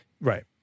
right